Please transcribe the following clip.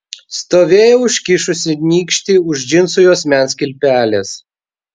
stovėjo užkišusi nykštį už džinsų juosmens kilpelės